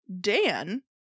Dan